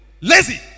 lazy